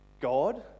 God